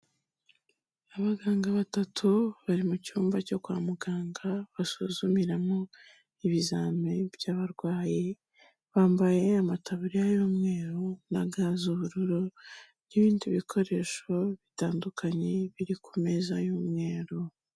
Abaganga batatu bari mucyumba cyo kwa muganga basuzumiramo ibizami by'abarwayi, bambaye amataburiya y'umweru na ga z'ubururu n'ibindi bikoresho bitandukanye biri ku meza y'umweru.